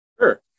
Sure